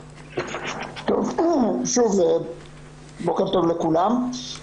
שוב, בוקר טוב לכולם.